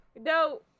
no